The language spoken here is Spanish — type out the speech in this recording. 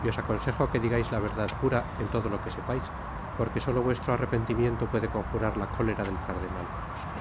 y os aconsejo que digais la verdad pura en todo lo que sepais porque solo vuestro arrepentimiento puede conjurar la cólera del cardenal